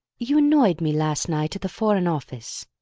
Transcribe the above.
you annoyed me last night at the foreign office.